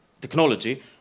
technology